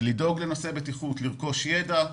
לדאוג לנושא הבטיחות, לרכוש ידע,